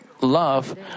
love